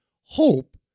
hope